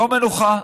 יום מנוחה.